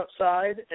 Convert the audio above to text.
outside